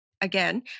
again